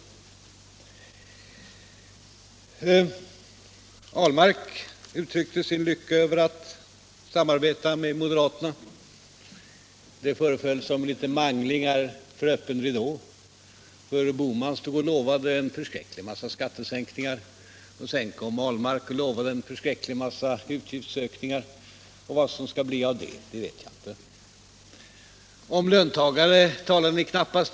Herr Ahlmark uttryckte sin lycka över att samarbeta med moderaterna. Det föreföll som om det pågick mangling för öppen ridå. Herr Bohman stod först och lovade en förskräcklig massa skattesänkningar, och sedan kom herr Ahlmark och lovade en förskräcklig massa utgiftsökningar. Vad som skall bli av det vet inte jag. Om löntagarna talade ni knappast.